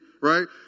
right